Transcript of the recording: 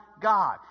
God